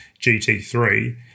GT3